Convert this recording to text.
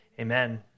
amen